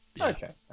Okay